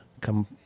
Come